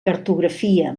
cartografia